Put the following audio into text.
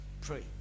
pray